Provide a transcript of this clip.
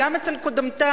גם אצל קודמתה,